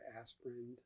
aspirin